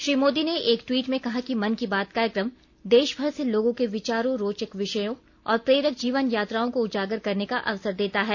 श्री मोदी ने एक ट्वीट में कहा कि मन की बात कार्यक्रम देशभर से लोगों के विचारों रोचक विषयों और प्रेरक जीवन यात्राओं को उजागर करने का अवसर देता है